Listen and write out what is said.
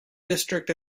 district